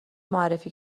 معرفی